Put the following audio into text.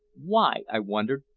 why, i wondered,